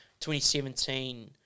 2017